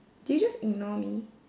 did you just ignore me